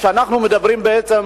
כשאנחנו מדברים בעצם,